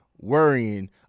worrying